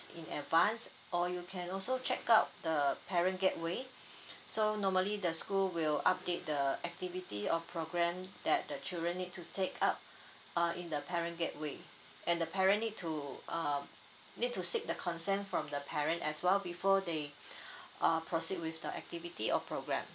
in advance or you can also check out the parent gateway so normally the school will update the activity or program that the children need to take up uh in the parent gateway and the parent need to uh need to seek the consent from the parent as well before they uh proceed with the activity or program